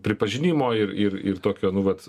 pripažinimo ir ir ir tokio nu vat